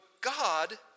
God